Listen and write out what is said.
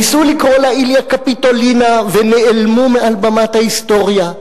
ניסו לקרוא לה איליה קפיטולינה ונעלמו מעל במת ההיסטוריה,